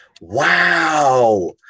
Wow